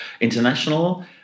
International